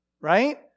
right